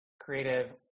creative